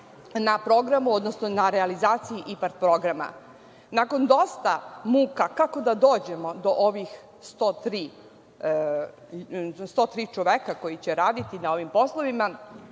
na programu, odnosno na realizaciji IPARD programa. Nakon dosta muka kako da dođemo do ovih 103 čoveka koji će raditi na ovim poslovima,